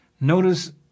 Notice